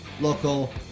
local